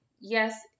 yes